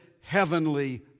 heavenly